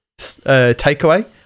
takeaway